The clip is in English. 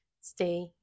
stay